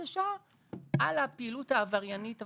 השעה על הפעילות העבריינית הפח"עית,